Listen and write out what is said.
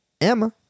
Emma